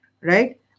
right